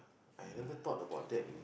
I had never thought about that man